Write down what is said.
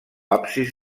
absis